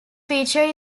feature